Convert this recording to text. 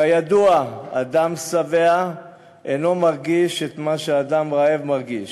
כידוע, אדם שבע אינו מרגיש את מה שאדם רעב מרגיש.